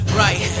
right